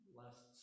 last